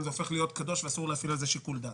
זה הופך להיות קדוש ואסור להפעיל על זה שיקול דעת.